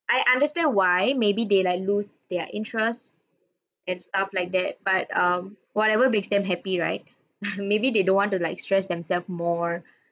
I understand why maybe they like lose their interest and stuff like that but um whatever makes them happy right maybe they don't want to like stress themselves more